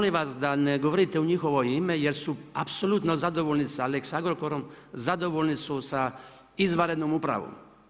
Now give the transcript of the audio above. Mole vas da ne govorite u njihovo ime jer su apsolutno zadovoljni sa Lex Agrokorom, zadovoljni su sa izvanrednom upravom.